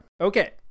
okay